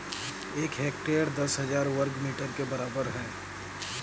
एक हेक्टेयर दस हजार वर्ग मीटर के बराबर है